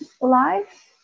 life